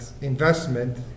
investment